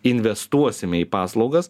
investuosime į paslaugas